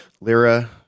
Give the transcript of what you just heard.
lira